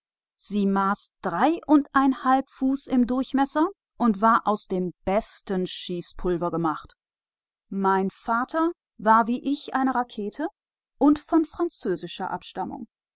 sie hatte drei und einen halben fuß im durchmesser und war aus bestem schießpulver mein vater war eine rakete wie ich und von französischer